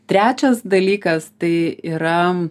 trečias dalykas tai yra